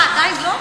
עדיין לא?